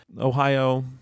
Ohio